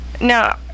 Now